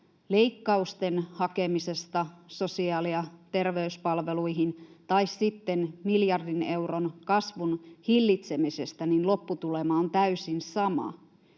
leikkausten hakemisesta sosiaali‑ ja terveyspalveluihin tai sitten miljardin euron kasvun hillitsemisestä, niin lopputulema on täysin sama.